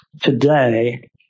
today